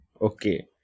Okay